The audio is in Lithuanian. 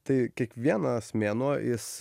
tai kiekvienas mėnuo jis